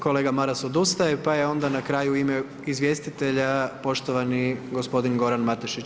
Kolega Maras odustaje, pa je onda na kraju u ime izvjestitelja poštovani gospodin Goran Matešić.